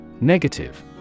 Negative